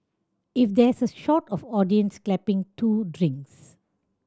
if there's a shot of audience clapping two drinks